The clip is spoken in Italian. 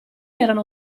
erano